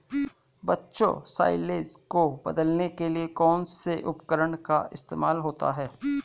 बच्चों साइलेज को बदलने के लिए कौन से उपकरण का इस्तेमाल होता है?